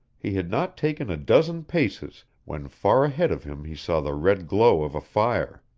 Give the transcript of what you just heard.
he had not taken a dozen paces, when far ahead of him he saw the red glow of a fire.